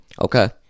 Okay